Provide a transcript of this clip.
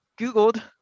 googled